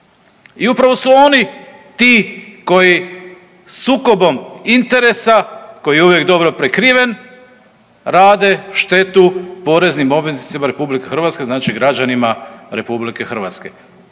i upravo su oni ti koji sukobom interesa, koji je uvijek dobro prekriven rade štetu poreznim obveznicima RH znači građanima RH. Ja ne